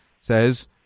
says